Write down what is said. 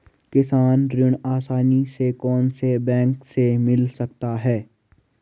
किसान ऋण आसानी से कौनसे बैंक से मिल सकता है?